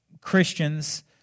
Christians